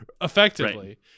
effectively